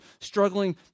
struggling